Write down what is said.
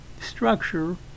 structure